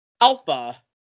Alpha